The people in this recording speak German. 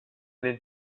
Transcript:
den